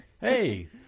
Hey